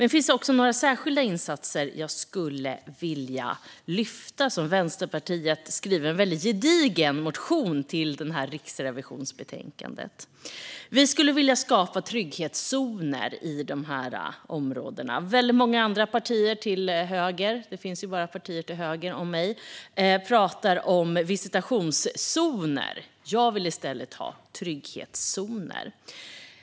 Det finns också några särskilda insatser jag skulle vilja lyfta fram, som Vänsterpartiet skrivit om i en väldigt gedigen motion till riksrevisionsbetänkandet. Vi skulle vilja skapa trygghetszoner i de här områdena. Väldigt många andra partier till höger om mig, det finns bara partier till höger, talar om visitationszoner. Jag vill i stället ha trygghetszoner.